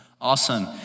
awesome